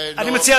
אני מציע,